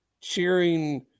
cheering